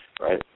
right